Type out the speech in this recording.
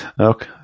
Okay